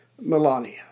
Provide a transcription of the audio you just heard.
Melania